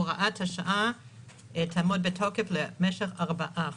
הוראת השעה תעמוד בתוקף למשך "ארבעה חודשים".